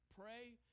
pray